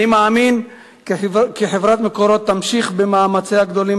אני מאמין כי חברת "מקורות" תמשיך במאמציה הגדולים